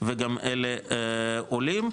וגם אלה עולים.